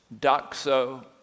doxo